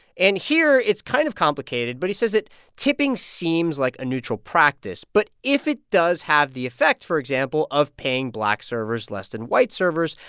and here, it's kind of complicated. but he says that tipping seems like a neutral practice. but if it does have the effect, for example, of paying black servers less than white servers,